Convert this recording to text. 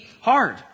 hard